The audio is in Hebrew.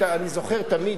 אני זוכר תמיד,